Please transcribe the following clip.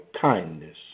kindness